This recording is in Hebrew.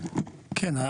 כן,